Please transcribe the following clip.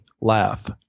laugh